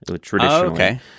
traditionally